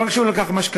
לא רק שהוא לקח משכנתה,